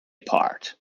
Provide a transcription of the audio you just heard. part